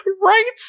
Right